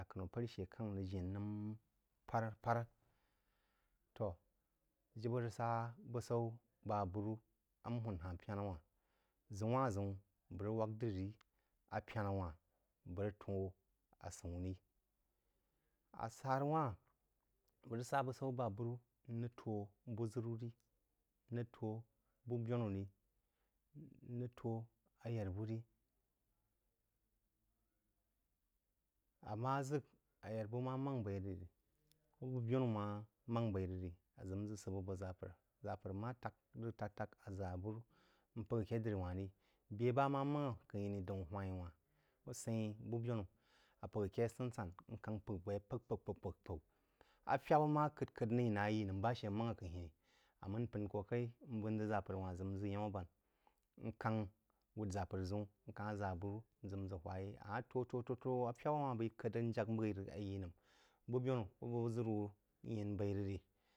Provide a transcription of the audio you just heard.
Ya k’ənən párí shə káng rəg-nəm pará parā. To jibə rəg sa̍ bùsaú ba aburu n hūn ha-hn pəna wá-hn. Ʒəun-wá-n-ʒəun bəg rəg wāk dírí rí, apəna wa-hn bəg rəg tō asəún rí, asará wa-hn bəg sá busai bá abúrú n bəg tó bu-ʒərú rí, bú-bənu, rí, bu n rəg tó ayár-bu̍ rí. ammá ʒək ayárbú má mángha b’ai rəg rí ko bu-bánú má mangu b’eí rəg rí, rəg rí ko bu-bənú má mangh b’eí rəg rí, aʒək n ʒə səp aboʒapər, ʒa’apər má tak rəg tak, tak, aʒá abunú n p’gh aké diri wa-hn rí bé bá má mángh kəngh’ həni a p’gh aké yeí sən-san, n kangh p’gh vō yeí p’gh p’gh p’gh p’gh afebə má k’əd k’əd ní rəg, ayí nəm bá-shə mángh akəni. Amūn p’ən kō kaí n vūn ʒə ʒá pər wa-hn ʒə nʒə y’ám bān. N ka-hn wūd yápər ʒəǔn, n ka-hn ʒá ȧbùrú nʒə nʒə hwa̍ yeí, ama̍ tó tó tó afebə-wa b’eí k’əd rəg n jak m’gh rəg ají nəm bu-bənú, bəg buʒər-wu yén b’aí yi rí